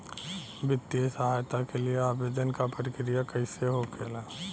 वित्तीय सहायता के लिए आवेदन क प्रक्रिया कैसे होखेला?